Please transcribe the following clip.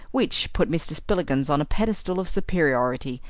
which put mr. spillikins on a pedestal of superiority,